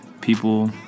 people